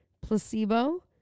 placebo